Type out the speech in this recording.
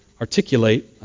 articulate